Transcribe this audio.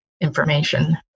information